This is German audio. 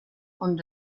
und